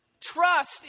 Trust